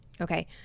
Okay